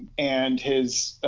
and his